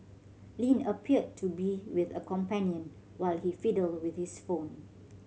Lin appeared to be with a companion while he fiddled with his phone